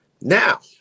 Now